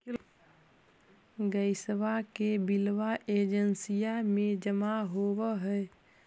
गैसवा के बिलवा एजेंसिया मे जमा होव है?